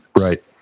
Right